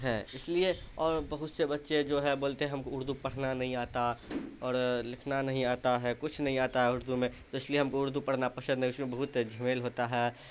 ہیں اس لیے اور بہت سے بچے جو ہے بولتے ہیں ہم کو اردو پڑھنا نہیں آتا اور لکھنا نہیں آتا ہے کچھ نہیں آتا ہے اردو میں تو اس لیے ہم کو اردو پڑھنا بہت پسند ہے اس میں بہت جھمیلا ہوتا ہے